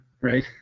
right